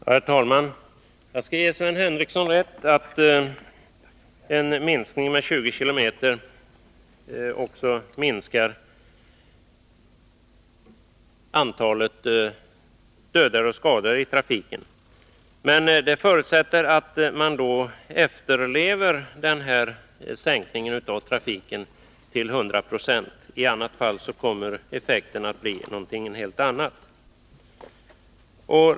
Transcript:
Herr talman! Jag skall ge Sven Henricsson rätt i att en minskning av hastigheten med 20 km/tim också minskar antalet dödade och skadade i trafiken. Men det förutsätter att trafikanterna till 100 26 efterlever ett beslut om sänkt hastighet. I annat fall kommer effekten att bli en helt annan.